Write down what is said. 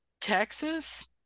Texas